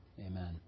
Amen